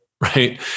right